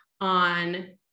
on